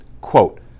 Quote